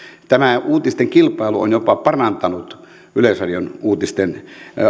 tämä uutisten kilpailu on jopa parantanut yleisradion uutisten